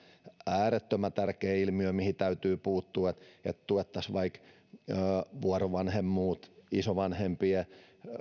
äärettömän tärkeä ilmiö mihin täytyy puuttua tuettaisiin vaikka vuorovanhemmuutta ja isovanhempien